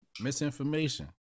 Misinformation